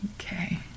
okay